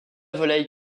volaille